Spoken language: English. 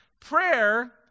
Prayer